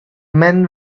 men